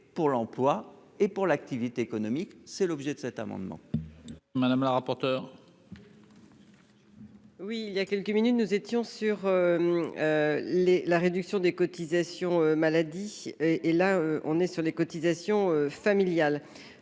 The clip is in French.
pour l'emploi et pour l'activité économique, c'est l'objet de cet amendement. Madame la rapporteure. Oui, il y a quelques minutes, nous étions sur les la réduction des cotisations maladie et et là on est sur les cotisations familiales,